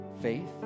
faith